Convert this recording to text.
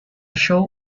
show